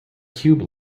cube